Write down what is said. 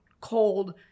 cold